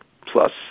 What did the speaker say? plus